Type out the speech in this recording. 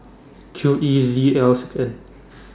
Q E Z L six N